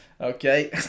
Okay